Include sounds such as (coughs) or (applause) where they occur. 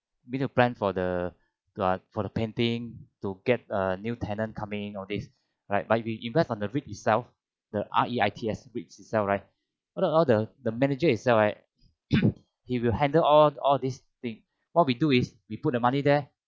we need to plan for the for the painting to get a new tenant come in all these right but you invest on the REITS itself the R E I T S REITS itself right know all the the manager itself right (coughs) he will handle all all this thing what we do is we put the money there